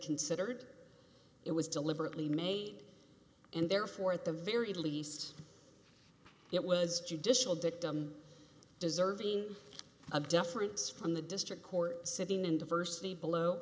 considered it was deliberately made and therefore at the very least it was judicial dictum deserving of deference from the district court sitting in diversity below